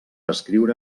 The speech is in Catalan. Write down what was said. escriure